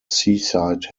seaside